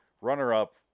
runner-up